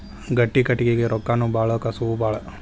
ಗಟ್ಟಿ ಕಟಗಿಗೆ ರೊಕ್ಕಾನು ಬಾಳ ಕಸುವು ಬಾಳ